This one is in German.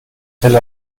tel